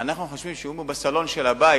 אנחנו חושבים שאם הילד בסלון של הבית